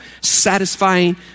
satisfying